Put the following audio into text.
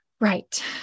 Right